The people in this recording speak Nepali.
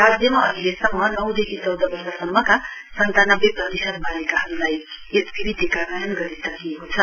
राज्यमा अहिलेसम्म नौ देखि चौध वर्षसम्मका सन्तानब्बे प्रतिशत बालिकाहरूलाई एचपिभी टीकाकरण गरिसकिएको छ